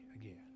again